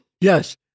Yes